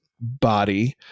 body